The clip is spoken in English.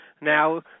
now